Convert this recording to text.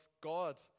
God